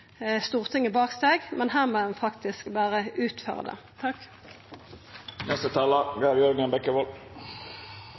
Stortinget bak seg, så her må ein faktisk berre utføra det.